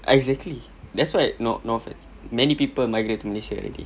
exactly that's why not many people migrate to Malaysia already